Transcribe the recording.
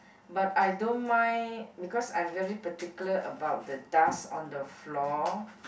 but I don't mind because I very particular about the dust on the floor